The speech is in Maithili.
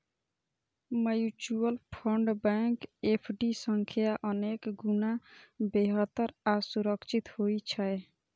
म्यूचुअल फंड बैंक एफ.डी सं अनेक गुणा बेहतर आ सुरक्षित होइ छै